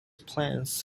plans